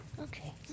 Okay